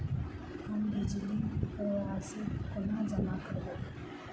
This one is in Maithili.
हम बिजली कऽ राशि कोना जमा करबै?